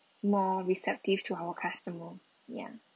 more receptive to our customer ya